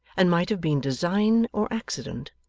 and might have been design or accident,